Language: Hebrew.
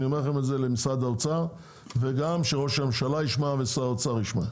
אני אומר את זה למשרד האוצר וגם שראש הממשלה ישמע ושר האוצר ישמע.